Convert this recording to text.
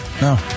no